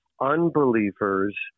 unbelievers